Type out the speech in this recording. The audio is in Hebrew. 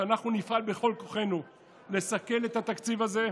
שאנחנו נפעל בכל כוחנו לסכל את התקציב הזה,